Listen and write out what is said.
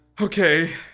okay